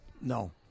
no